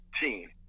team